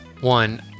one